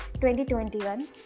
2021